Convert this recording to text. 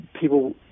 people